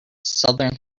southern